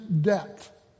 debt